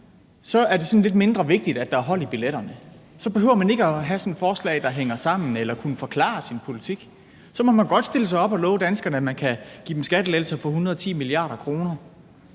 sådan lidt mindre vigtigt, at der er hold i billetterne; så behøver man ikke at have et forslag, der hænger sammen, eller kunne forklare sin politik; så må man godt stille sig op og love danskerne, at man kan give dem skattelettelser for 110 mia. kr.